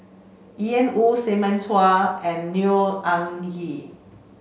Ian Woo Simon Chua and Neo Anngee